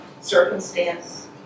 circumstance